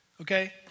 okay